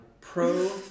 Pro